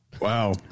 Wow